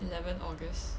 eleven august